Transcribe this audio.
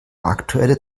aktuelle